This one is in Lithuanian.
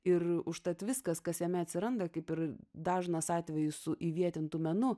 ir užtat viskas kas jame atsiranda kaip ir dažnas atvejis su įvietintu menu